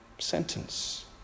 sentence